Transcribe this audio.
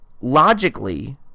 logically